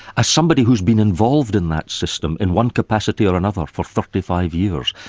as somebody who's been involved in that system in one capacity or another for thirty five years,